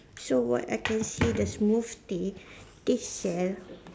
so what I can see the smoothie they sell